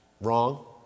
wrong